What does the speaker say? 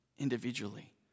individually